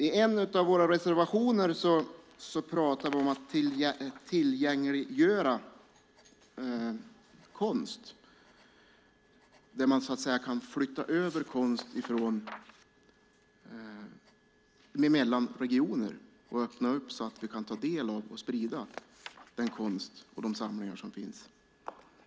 I en reservation pratar vi om att tillgängliggöra konst och flytta konst mellan regioner så att vi kan sprida de samlingar som finns.